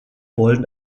wollen